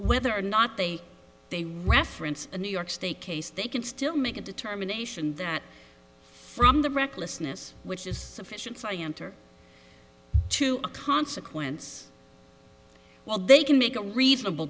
whether or not they they reference a new york state case they can still make a determination from the recklessness which is sufficient for you enter to a consequence well they can make a reasonable